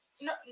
no